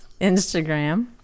Instagram